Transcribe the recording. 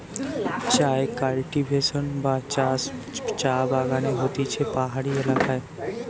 চায় কাল্টিভেশন বা চাষ চা বাগানে হতিছে পাহাড়ি এলাকায়